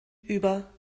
über